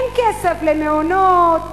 אין כסף למעונות,